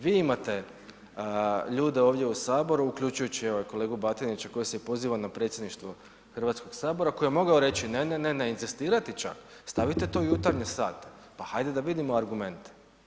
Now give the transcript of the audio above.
Vi imate ljude ovdje u Saboru, uključujući evo i kolegu Batinića koji se poziva na predsjedništvo HS-a koji je mogao reći, ne, ne, ne, inzistirati čak, stavite to u jutarnje sate, pa hajde da vidimo argumente.